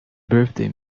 birthday